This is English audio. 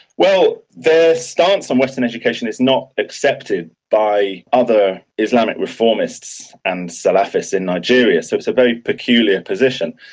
well, their stance on western education is not accepted by other islamic reformists and salafists in nigeria, so it's a very peculiar position.